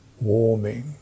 warming